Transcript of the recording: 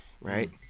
right